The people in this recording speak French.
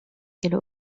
quelle